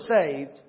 saved